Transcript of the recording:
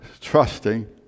trusting